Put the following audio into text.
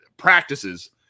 practices